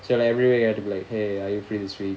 so every week I had to be like !hey! are you free this week